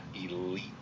elite